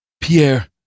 Pierre